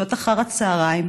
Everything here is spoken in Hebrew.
בשעות אחר הצוהריים,